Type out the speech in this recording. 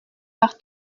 par